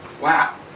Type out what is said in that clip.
Wow